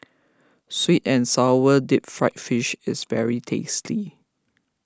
Sweet and Sour Deep Fried Fish is very tasty